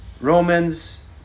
Romans